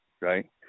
right